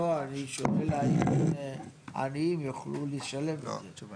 לא, אני שואל האם עניים יוכלו לשלם את זה?